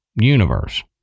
universe